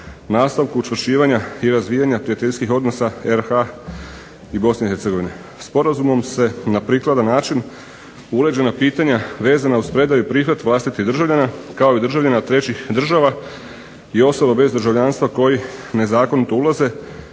nastavku učvršćivanja i razvijanja prijateljskih odnosa RH i BiH. Sporazumom se na prikladan način uređena pitanja vezana uz predaju i prihvat vlastitih državljana kao i državljana trećih država i osoba bez državljanstva koji nezakonito ulaze